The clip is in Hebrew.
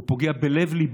הוא פוגע בלב-ליבה